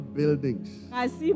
buildings